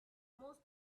most